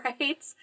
Right